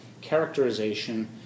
characterization